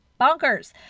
bonkers